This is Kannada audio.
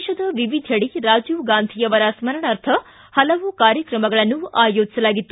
ದೇಶದ ವಿವಿಧೆಡೆ ರಾಜೀವ್ಗಾಂಧಿ ಸ್ಮರಣಾರ್ಥ ಹಲವು ಕಾಯಕ್ರಮಗಳನ್ನು ಆಯೋಜಿಸಲಾಗಿತ್ತು